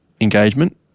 engagement